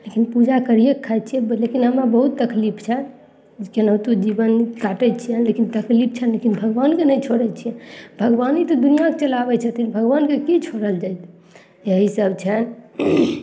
लेकिन पूजा करिये कऽ खाइ छियनि बुझलखिन हमरा बहुते तकलीफ छनि केनाहितो जीवन काटय छियनि लेकिन तकलीफ छनि लेकिन भगवानके नहि छोड़य छियनि भगवाने तऽ दुनिआँके चलाबय छथिन भगवानके की छोड़ल जाइ यही सब छनि